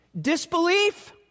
Disbelief